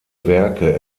werke